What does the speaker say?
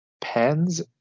Pens